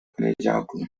poniedziałku